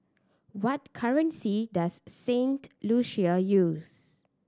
what currency does Saint Lucia use